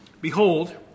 Behold